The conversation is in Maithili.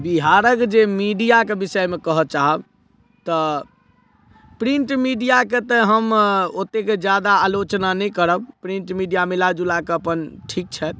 बिहारक जे मीडियाके विषयमे कहऽ चाहब तऽ प्रिन्ट मीडियाके तऽ हम ओतेक जादा आलोचना नहि करब प्रिन्ट मीडिया मिलाजुलाके अपन ठीक छथि